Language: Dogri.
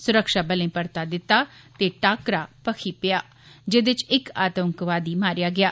सुरक्षाबलें परता दित्ता ते टाकरा भखी पेआ जेह्दे च इक आतंकवादी मारेआ गेआ